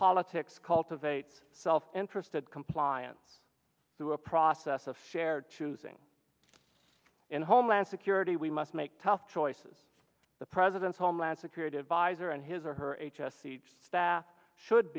politics cultivates self interested compliance through a process of shared choosing in homeland security we must make tough choices the president's homeland security adviser and his or her h s c just staff should